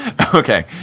Okay